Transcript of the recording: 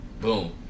Boom